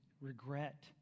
regret